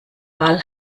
ball